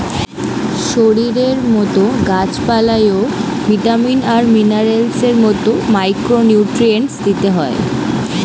শরীরের মতো গাছ পালায় ও ভিটামিন আর মিনারেলস এর মতো মাইক্রো নিউট্রিয়েন্টস দিতে হয়